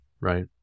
right